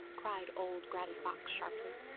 cried old granny fox sharply.